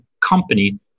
company